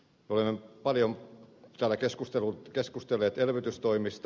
olemme paljon täällä keskustelleet elvytystoimista